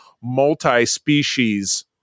multi-species